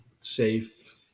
safe